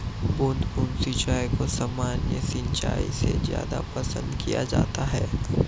बूंद बूंद सिंचाई को सामान्य सिंचाई से ज़्यादा पसंद किया जाता है